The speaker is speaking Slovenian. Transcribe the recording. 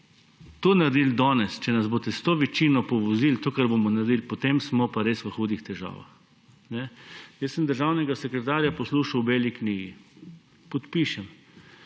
to naredili danes, če boste s to večino povozili to, kar bomo naredili, potem smo pa res v hudih težavah. Jaz sem državnega sekretarja poslušal o Beli knjigi. Podpišem.